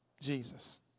Jesus